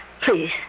please